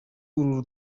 uru